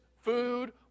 food